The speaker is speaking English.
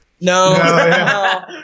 No